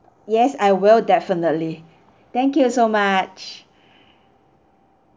yes I will definitely thank you so much